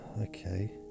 Okay